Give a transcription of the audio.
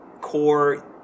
core